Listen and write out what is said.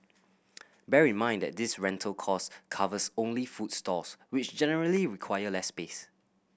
bear in mind that this rental cost covers only food stalls which generally require less space